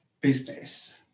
business